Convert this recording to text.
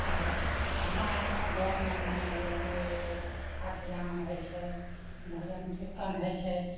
हँ हमरा आरके गाँवमे मने होइया जे अष्टजाम होइत छै भजन किर्तन होइत छै